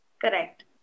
Correct